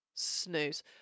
Snooze